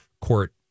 court